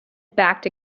backed